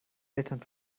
eltern